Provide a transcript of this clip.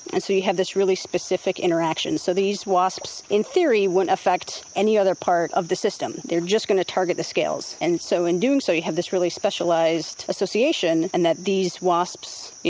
and so you have this really specific interaction. so these wasps, in theory, wouldn't affect any other part of the system, they're just going to target the scales, and so in doing so you have this really specialised association and that these wasps,